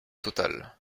totale